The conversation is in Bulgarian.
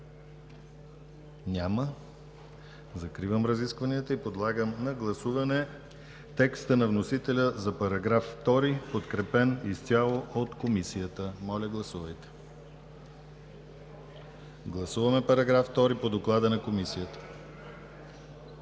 Няма. Закривам разискванията и подлагам на гласуване текста на вносителя за § 2, подкрепен изцяло от Комисията. Моля, гласувайте § 2 по доклада на Комисията.